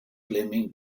claiming